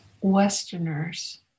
Westerners